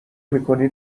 میکنی